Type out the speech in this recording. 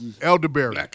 elderberry